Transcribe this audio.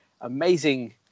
amazing